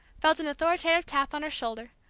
felt an authoritative tap on her shoulder,